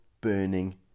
burning